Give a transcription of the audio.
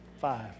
Five